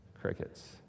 crickets